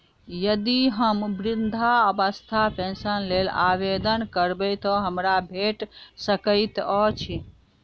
यदि हम वृद्धावस्था पेंशनक लेल आवेदन करबै तऽ हमरा भेट सकैत अछि?